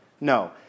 No